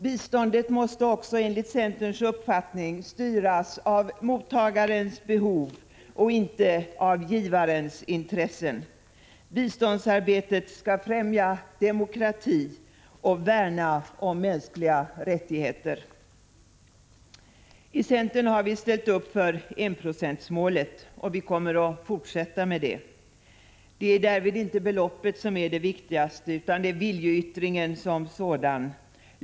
Biståndet måste också enligt centerns uppfattning styras av mottagarens behov och inte av givarens intressen. Biståndsarbetet skall främja demokrati och värna om mänskliga rättigheter. I centern har vi ställt upp för enprocentsmålet, och vi kommer att fortsätta med det. Det är inte beloppet som därvid är det viktigaste — det är viljeyttringen som sådan.